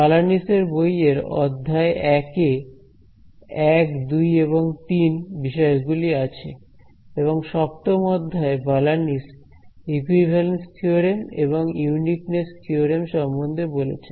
বালানিস এর বইয়ের অধ্যায় 1 এ 12 এবং 3 বিষয় গুলি আছে এবং সপ্তম অধ্যায় এ বালানিস ইকুইভ্যালেন্স থিওরেম এবং ইউনিকনেস থিওরেম সম্বন্ধে বলেছেন